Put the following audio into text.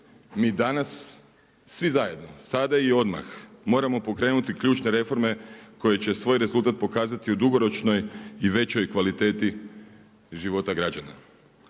Mi danas svi zajedno, sada i odmah, moramo pokrenuti ključne reforme koje će svoj rezultat pokazati u dugoročnoj i većoj kvaliteti života građana.